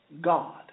God